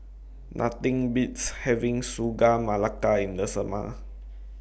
Nothing Beats having Sagu Melaka in The Summer